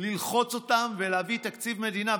ללחוץ אותם ולהביא תקציב מדינה.